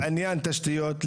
עניין התשתיות,